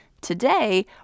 Today